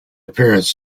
appearance